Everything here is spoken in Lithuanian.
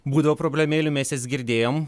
būdavo problemėlių mes jas girdėjom